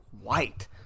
White